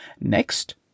Next